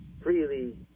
Freely